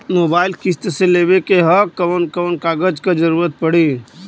Mobile किस्त मे लेवे के ह कवन कवन कागज क जरुरत पड़ी?